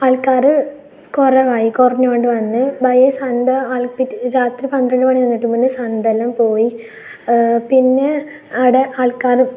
ആൾക്കാർ കുറെ വാങ്ങിക്കും സന്ത ആൾക്കാർ രാത്രി പന്ത്രണ്ടു മണിക്ക് മുന്നേ സന്തയെല്ലാം പോയി പിന്നെ ആടെ ആൾക്കാർ